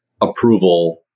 approval